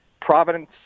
Providence